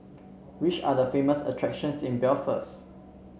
which are the famous attractions in Belfast